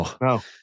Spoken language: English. No